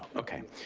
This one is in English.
okay.